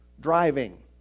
driving